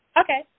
Okay